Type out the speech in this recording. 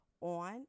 on